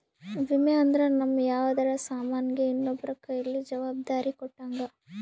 ವಿಮೆ ಅಂದ್ರ ನಮ್ ಯಾವ್ದರ ಸಾಮನ್ ಗೆ ಇನ್ನೊಬ್ರ ಕೈಯಲ್ಲಿ ಜವಾಬ್ದಾರಿ ಕೊಟ್ಟಂಗ